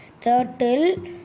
turtle